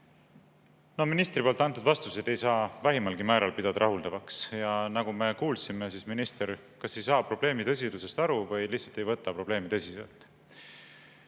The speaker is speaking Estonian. Ministri antud vastuseid ei saa vähimalgi määral pidada rahuldavaks. Nagu me kuulsime, minister kas ei saa probleemi tõsidusest aru või lihtsalt ei võta probleemi tõsiselt.